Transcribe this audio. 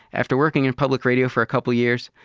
after working in public radio for a couple years,